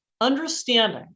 understanding